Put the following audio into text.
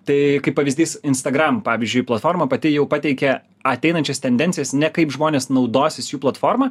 tai kaip pavyzdys instagram pavyzdžiui platforma pati jau pateikė ateinančias tendencijas ne kaip žmonės naudosis jų platforma